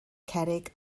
cerrig